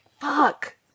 fuck